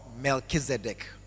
Melchizedek